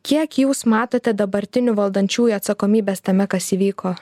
kiek jūs matote dabartinių valdančiųjų atsakomybės tame kas įvyko